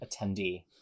attendee